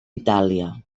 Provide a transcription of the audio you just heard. itàlia